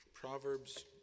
Proverbs